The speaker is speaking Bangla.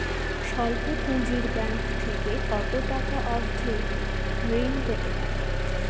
স্বল্প পুঁজির ব্যাংক থেকে কত টাকা অবধি ঋণ পেতে পারি?